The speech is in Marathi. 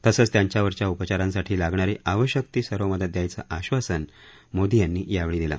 तसंच त्यांच्यावरच्या उपचारांसाठी लागणारी आवश्यक ती सर्व मदत द्यायचं आश्वासन त्यांनी यावेळी दिलं